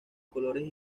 colores